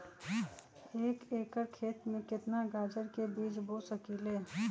एक एकर खेत में केतना गाजर के बीज बो सकीं ले?